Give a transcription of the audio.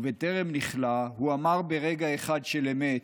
ובטרם נכלא, הוא אמר ברגע אחד של אמת: